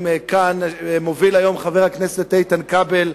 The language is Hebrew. כאן מוביל היום חבר הכנסת איתן כבל,